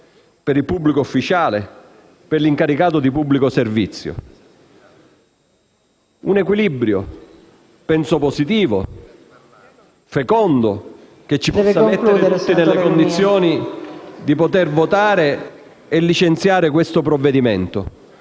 per il pubblico ufficiale e per l'incaricato di pubblico servizio. È un equilibrio, a mio avviso positivo e fecondo, che ci può mettere nelle condizioni di votare e licenziare questo provvedimento.